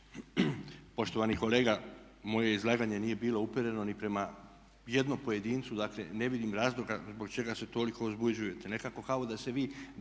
Poštovani kolega, moje izlaganje nije bilo upereno ni prema jednom pojedincu, dakle ne vidim razloga zbog čega se toliko uzbuđujete. Nekako kao da se vi